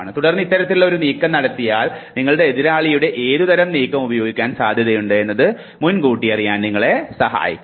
തുടർന്ന് ഇത്തരത്തിലുള്ള നീക്കം നടത്തിയാൽ നിങ്ങളുടെ എതിരാളിയുടെ ഏതു തരം നീക്കം ഉപയോഗിക്കാൻ സാധ്യതയുണ്ട് എന്നത് മുൻകൂട്ടി അറിയാൻ നിങ്ങളെ സഹായിക്കുന്നു